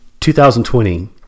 2020